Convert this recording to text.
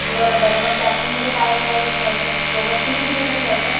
बरं बरं मग पॅकिंगमध्ये काय काय घ्यायचं सोबत किती दिवसासाठी जायचं आहे